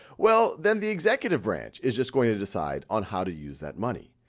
well, then the executive branch is just going to decide on how to use that money.